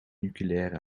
nucleaire